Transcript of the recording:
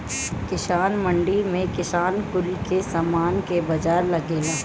किसान मंडी में किसान कुल के समान के बाजार लगेला